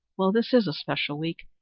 well, this is a special week.